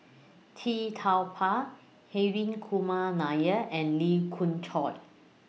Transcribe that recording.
Tee Tua Ba Hri Kumar Nair and Lee Khoon Choy